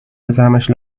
بذارمش